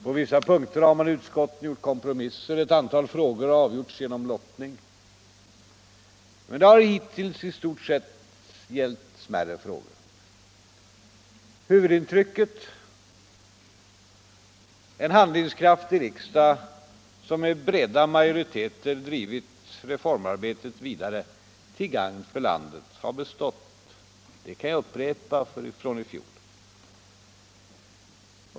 På vissa punkter har man i utskotten gjort kompromisser, ett antal frågor har avgjorts genom lottning. Men det har hittills i stort sett gällt smärre frågor. Huvudintrycket — en handlingskraftig riksdag som med breda majoriteter drivit reformarbetet vidare till gagn för landet — har bestått; det kan jag upprepa från i fjol.